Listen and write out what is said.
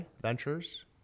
Ventures